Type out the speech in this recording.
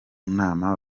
nama